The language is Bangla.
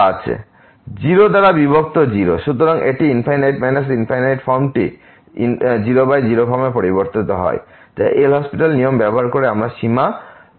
0 দ্বারা বিভক্ত 0 সুতরাং এই ∞∞ ফর্মটি 00 ফর্মে পরিবর্তিত হয় যা LHospital নিয়ম ব্যবহার করে আমরা সীমা পেতে পারি